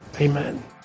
Amen